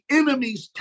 enemy's